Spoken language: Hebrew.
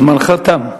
זמנך תם.